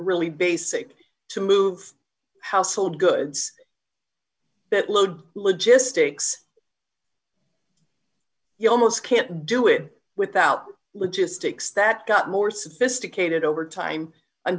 really basic to move household goods that load logistics you almost can't do it without logistics that got more sophisticated over time